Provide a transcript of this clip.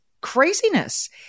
craziness